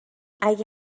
اگه